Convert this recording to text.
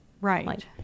right